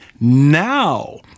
now